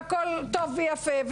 והכול טוב ויפה,